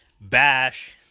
Bash